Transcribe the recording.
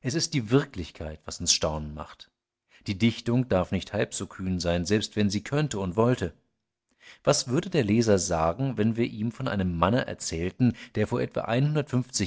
es ist die wirklichkeit was uns staunen macht die dichtung darf nicht halb so kühn sein selbst wenn sie könnte und wollte was würde der leser sagen wenn wir ihm von einem manne erzählten der vor etwa